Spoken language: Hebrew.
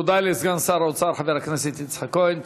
תודה לסגן שר האוצר חבר הכנסת יצחק כהן,